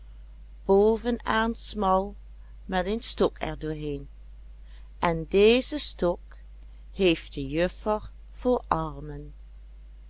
bovenaan smal met een stok er door heen en dezen stok heeft de juffer voor armen